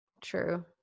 true